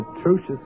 atrocious